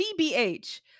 tbh